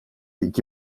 iki